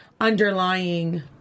underlying